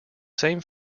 same